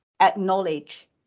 acknowledge